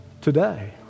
today